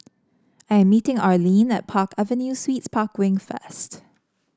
I'm meeting Arlin at Park Avenue Suites Park Wing first